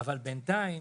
אבל בינתיים,